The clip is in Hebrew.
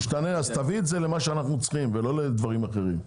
תביא את זה למה שאנחנו צריכים ולא לדברים אחרים.